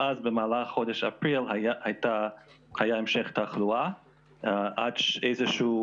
ואז במהלך חודש אפריל היה המשך תחלואה עד איזושהי